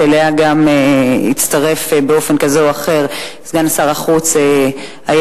שאליה גם הצטרף באופן כזה או אחר סגן שר החוץ אילון.